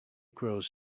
grows